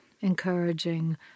encouraging